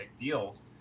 deals